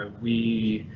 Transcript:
and we.